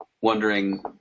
wondering